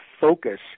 focus